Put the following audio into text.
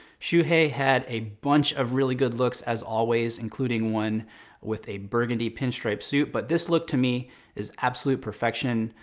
shuhei had a bunch of really good looks as always, including one with a burgundy pinstripe suit, but this look to me is absolute perfection.